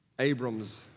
Abram's